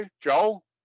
Joel